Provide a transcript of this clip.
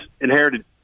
inherited